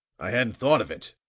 i hadn't thought of it,